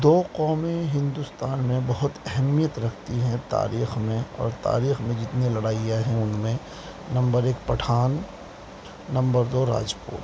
دو قومیں ہندوستان میں بہت اہمیت رکھتی ہیں تاریخ میں اور تاریخ میں جتنی لڑائیاں ہیں ان میں نمبر ایک پٹھان نمبر دو راجپوت